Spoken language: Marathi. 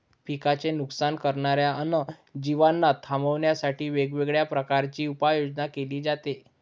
पिकांचे नुकसान करणाऱ्या अन्य जीवांना थांबवण्यासाठी वेगवेगळ्या प्रकारची उपाययोजना केली जाते